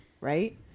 Right